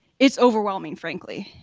it's overwhelming frankly,